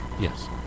Yes